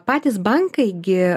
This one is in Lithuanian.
patys bankai gi